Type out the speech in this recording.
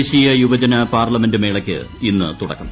ദേശീയ യുവജന പാർലമെന്റ് മേളക്ക് ്ഇന്ന് തുടക്കം